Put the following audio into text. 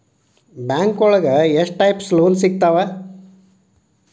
ಬ್ಯಾಂಕೋಳಗ ಎಷ್ಟ್ types loan ಸಿಗ್ತಾವ?